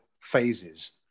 phases